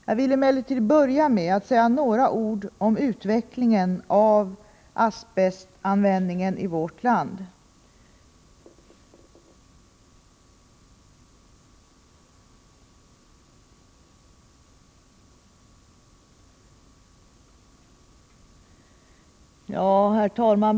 Jag vill emellertid börja med att säga några ord om utvecklingen av asbestanvändningen i vårt land.